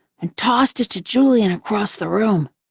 and tossed it to julian across the room.